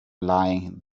lying